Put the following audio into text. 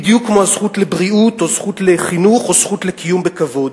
בדיוק כמו הזכות לבריאות או זכות לחינוך או זכות לקיום בכבוד.